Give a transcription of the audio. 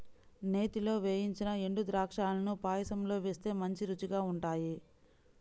నేతిలో వేయించిన ఎండుద్రాక్షాలను పాయసంలో వేస్తే మంచి రుచిగా ఉంటాయి